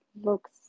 looks